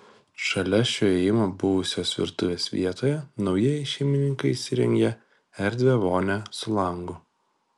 šalia šio įėjimo buvusios virtuvės vietoje naujieji šeimininkai įsirengė erdvią vonią su langu